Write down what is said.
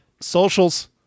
socials